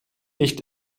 nicht